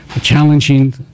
challenging